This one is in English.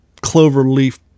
Cloverleaf